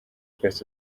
twese